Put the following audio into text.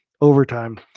overtime